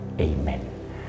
Amen